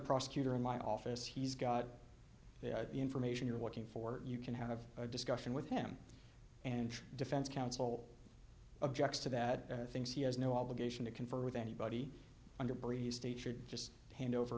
prosecutor in my office he's got the information you're looking for you can have a discussion with him and defense counsel objects to that and i think she has no obligation to confer with anybody under breeze teacher just hand over